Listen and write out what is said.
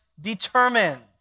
determined